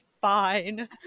fine